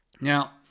Now